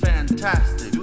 Fantastic